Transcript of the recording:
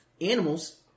Animals